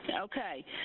Okay